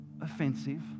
Offensive